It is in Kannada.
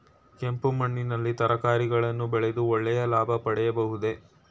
ಕೆಂಪು ಮಣ್ಣಿನಲ್ಲಿ ತರಕಾರಿಗಳನ್ನು ಬೆಳೆದು ಒಳ್ಳೆಯ ಲಾಭ ಪಡೆಯಬಹುದೇ?